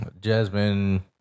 Jasmine